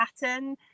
pattern